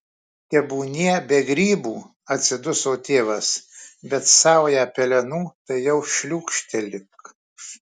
tebūnie be grybų atsiduso tėvas bet saują pelenų tai jau šliūkštelk